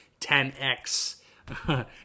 10x